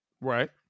Right